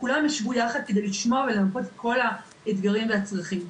כולם ישבו יחד כדי לשמוע ולעשות את כל האתגרים והצרכים.